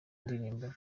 ndirimbo